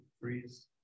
freeze